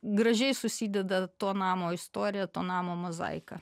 gražiai susideda to namo istorija to namo mozaika